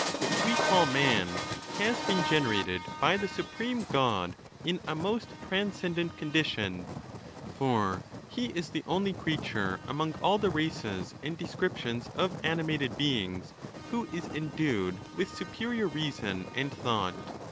which we call man has been generated by the supreme god in a most transcendent condition for he is the only creature among all the races and descriptions of animated beings who is endued with superior reason and thought,